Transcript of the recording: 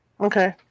Okay